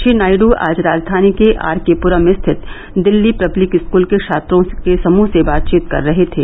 श्री नायड् आज राजधानी के आरकेप्रम स्थित दिल्ली पब्लिक स्कूल के छात्रों के समूह से बातचीत कर रहे थे